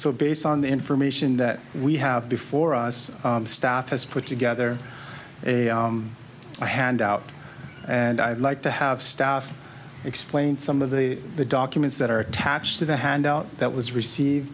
so based on the information that we have before us staff has put together a handout and i'd like to have staff explain some of the the documents that are attached to the handout that was receive